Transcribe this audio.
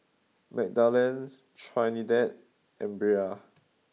Magdalen Trinidad and Brea